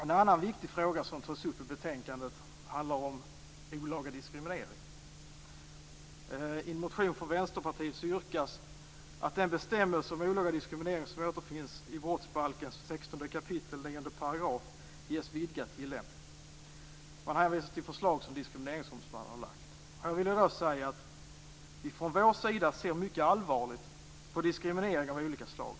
En annan viktig fråga som tas upp i betänkandet handlar om olaga diskriminering. I en motion från Vänsterpartiet yrkas att den bestämmelse om olaga diskriminering som återfinns i brottsbalkens 16 kap. 9 § ges vidgad tillämpning. Man hänvisar till förslag som Diskrimineringsombudsmannen har lagt. Här vill jag säga att vi från vår sida ser mycket allvarligt på diskriminering av olika slag.